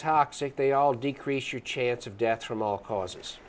toxic they all decrease your chance of death from all causes